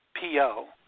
P-O